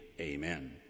amen